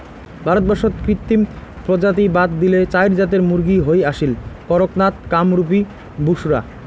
ভারতবর্ষত কৃত্রিম প্রজাতি বাদ দিলে চাইর জাতের মুরগী হই আসীল, কড়ক নাথ, কামরূপী, বুসরা